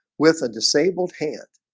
with a disabled hand